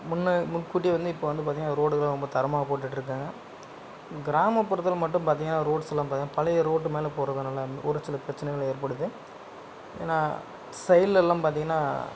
முன்னே முன்கூட்டியே வந்து இப்போ வந்து பார்த்திங்கனா ரோடெலாம் ரொம்ப தரமாக போட்டுகிட்ருக்காங்க கிராமப்புறத்தில் மட்டும் பார்த்திங்கனா ரோட்ஸெலாம் பார்த்திங்கனா பழைய ரோட்டு மேலே போடறதுனால ஒரு சில பிரச்சினைகள் ஏற்படுது நான் சைட்லெலாம் பார்த்திங்கனா